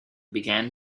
began